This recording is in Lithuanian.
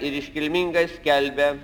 ir iškilmingai skelbia